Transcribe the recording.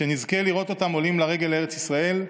שנזכה לראות אותם עולים לרגל לארץ ישראל,